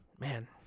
man